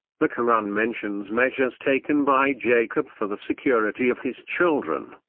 the koran mentions measures taken by jacob for the security of his children.